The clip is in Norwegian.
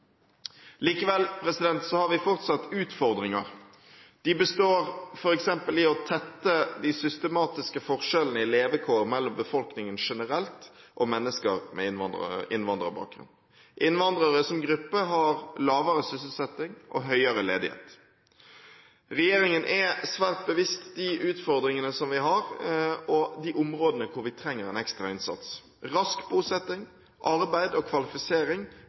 Likevel har vi fortsatt utfordringer. De består f.eks. i å tette de systematiske forskjellene i levekår mellom befolkningen generelt og mennesker med innvandrerbakgrunn. Innvandrere som gruppe har lavere sysselsetting og høyere ledighet. Regjeringen er svært bevisst de utfordringene som vi har, og de områdene hvor vi trenger en ekstra innsats. Rask bosetting, arbeid og kvalifisering